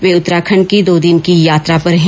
वे उत्तराखंड की दो दिन की यात्रा पर हैं